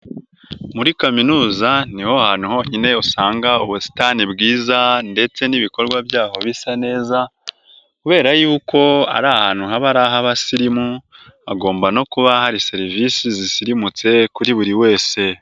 Muri kaminuza niho hantu honyine usanga ubusitani bwiza ndetse n'ibikorwa byaho bisa neza kubera yuko ari ahantu haba ari ah'abasirimu, hagomba no kuba hari serivisi zisirimutse kuri buri wese.